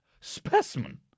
Specimen